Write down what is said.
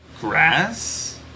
Grass